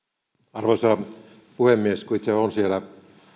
arvoisa puhemies kun itse olen siellä